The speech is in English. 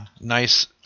nice